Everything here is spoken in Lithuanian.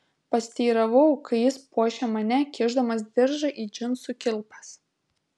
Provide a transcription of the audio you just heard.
pasiteiravau kai jis puošė mane kišdamas diržą į džinsų kilpas